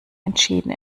entschieden